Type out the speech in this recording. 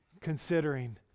considering